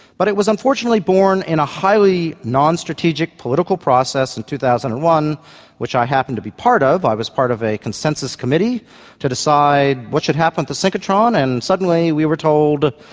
but it was unfortunately born in a highly non-strategic political process in two thousand and one which i happened to be part of, i was part of a consensus committee to decide what should happen with the synchrotron, and suddenly we were told,